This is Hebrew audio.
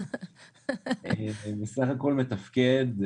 אני בסך הכול מתפקד,